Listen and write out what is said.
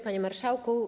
Panie Marszałku!